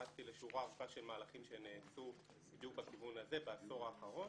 התייחסתי לשורה ארוכה של מהלכים שנעשו בדיוק בכיוון הזה בעשור האחרון,